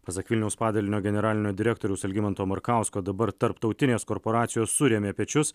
pasak vilniaus padalinio generalinio direktoriaus algimanto markausko dabar tarptautinės korporacijos surėmė pečius